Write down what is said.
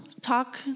talk